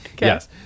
Yes